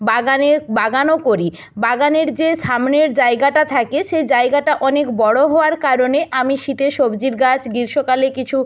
বাগানে বাগানও করি বাগানের যে সামনের জায়গাটা থাকে সে জায়গাটা অনেক বড়ো হওয়ার কারণে আমি শীতে সবজির গাছ গ্রীষ্মকালে কিছু